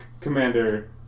Commander